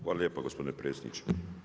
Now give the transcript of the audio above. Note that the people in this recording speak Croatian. Hvala lijepo gospodine predsjedniče.